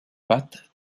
pattes